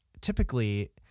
typically